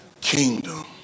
kingdom